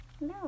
No